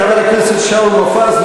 כרגע חבר הכנסת שאול מופז,